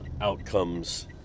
outcomes